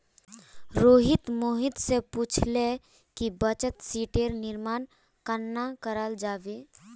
रोहित मोहित स पूछले कि बचत शीटेर निर्माण कन्ना कराल जाबे